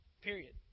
period